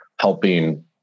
helping